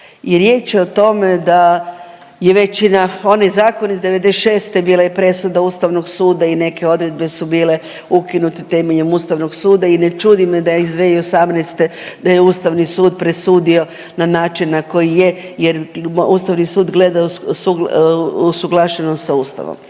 riječ je o tome da je većina, onaj zakon iz '96. bila je presuda Ustavnog suda i neke odredbe su bile ukinute temeljem Ustavnog suda i ne čudi me da je 2018. da je Ustavni sud presudio na način na koji je, jer Ustavni sud gleda usuglašeno sa Ustavom.